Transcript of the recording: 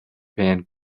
fan